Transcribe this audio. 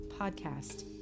podcast